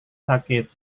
sakit